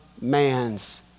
man's